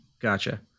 Gotcha